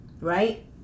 right